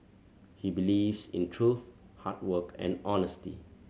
he believes in truth hard work and honesty